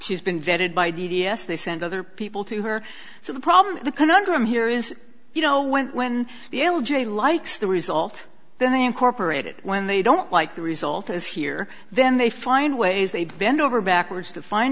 she's been vetted by d d s they sent other people to her so the problem the conundrum here is you know when when the l j likes the result then they incorporate it when they don't like the result as here then they find ways they bend over backwards to find